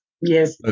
Yes